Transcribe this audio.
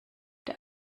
der